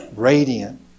Radiant